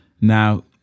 Now